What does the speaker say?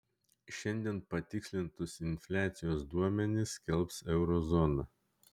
šiandien patikslintus infliacijos duomenis skelbs euro zona